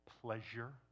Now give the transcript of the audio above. pleasure